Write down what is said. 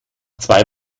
zwei